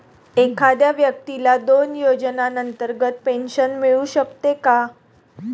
एखाद्या व्यक्तीला दोन योजनांतर्गत पेन्शन मिळू शकते का?